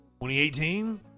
2018